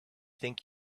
think